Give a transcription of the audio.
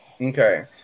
Okay